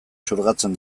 xurgatzen